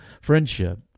friendship